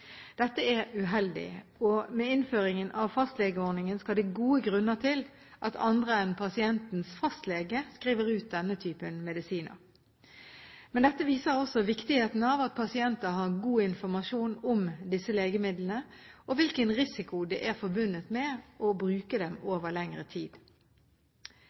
Dette er uheldig, og med innføringen av fastlegeordningen skal det gode grunner til for at andre enn pasientens fastlege skriver ut denne typen medisiner. Men dette viser også viktigheten av at pasienter har god informasjon om disse legemidlene og hvilken risiko det er forbundet med å bruke dem over lengre tid.